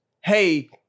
hey